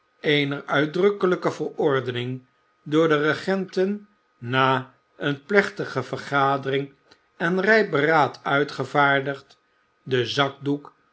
eener uitdrukkelijke verordening door de regenten na eene plechtige vergadering en rijp beraad uitgevaardigd de zakdoek